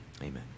Amen